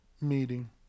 meeting